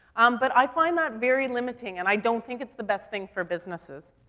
um, but i find that very limiting, and i don't think it's the best thing for businesses.